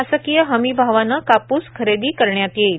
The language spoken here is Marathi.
शासकीय हमी भावाने कापूस खरेदी करण्यात येईल